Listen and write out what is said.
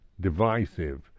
divisive